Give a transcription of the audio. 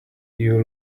you